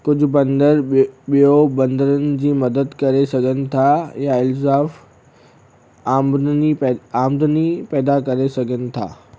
कुझु बंदर ब बियो बंदरनि जी मदद करे सघनि था या इज़ाफ़ आमदनी पैदा आमदनी पैदा करे सघनि था